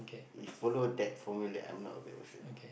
if follow that formula I'm not a bad person